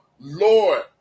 Lord